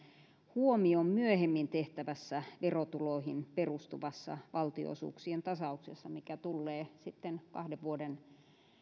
huomioon myöhemmin tehtävässä verotuloihin perustuvassa valtionosuuksien tasauksessa mikä tullee sitten kahden vuoden